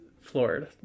floored